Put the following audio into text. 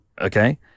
okay